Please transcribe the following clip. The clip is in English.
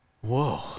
whoa